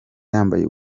yambaye